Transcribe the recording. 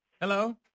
Hello